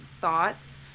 thoughts